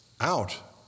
out